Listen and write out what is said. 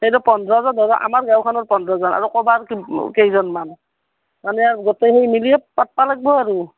এইটো পোন্ধৰজন ধৰ আমাৰ গাঁওখনৰ পোন্ধৰজন আৰু ক'বাত কেইজনমান মানে গোটেইখিনি মিলিয়ে পাতিব লাগিব আৰু